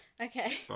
Okay